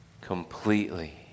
completely